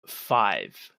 five